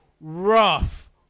rough